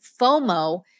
FOMO